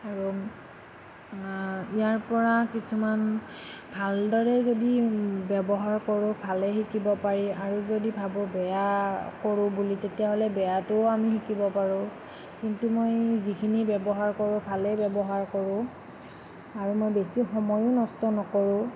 আৰু ইয়াৰ পৰা কিছুমান ভালদৰে যদি ব্যৱহাৰ কৰোঁ ভালেই শিকিব পাৰি আৰু যদি ভাবোঁ বেয়া কৰোঁ বুলি তেতিয়াহ'লে বেয়াটোও আমি শিকিব পাৰোঁ কিন্তু মই যিখিনি ব্যৱহাৰ কৰোঁ ভালেই ব্যৱহাৰ কৰোঁ আৰু মই বেছি সময়ো নষ্ট নকৰোঁ